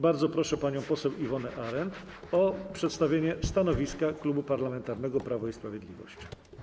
Bardzo proszę panią poseł Iwonę Arent o przedstawienie stanowiska Klubu Parlamentarnego Prawo i Sprawiedliwość.